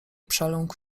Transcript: przeląkł